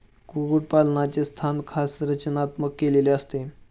कुक्कुटपालनाचे स्थान खास रचनात्मक केलेले असते